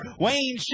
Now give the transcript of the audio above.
Wayne